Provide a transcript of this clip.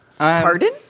Pardon